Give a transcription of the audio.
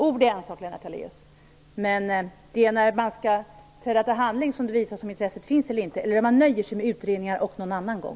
Ord är en sak, Lennart Daléus, men det är när man skall träda till handling som det visar sig om intresset finns, eller om man nöjer sig med utredningar och "någon annan gång".